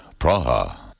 Praha